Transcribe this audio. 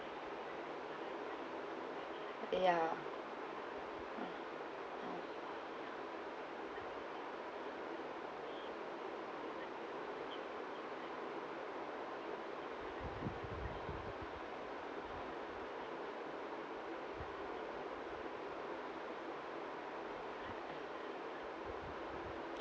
ya uh